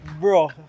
bro